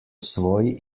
svoji